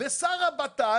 ושר הבט"פ